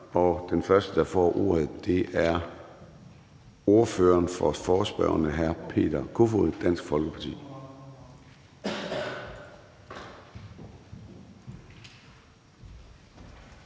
Den første, der får ordet, er ordføreren for forespørgerne, hr. Peter Kofod, Dansk Folkeparti.